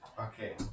Okay